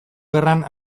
gerran